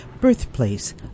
birthplace